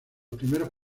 primeros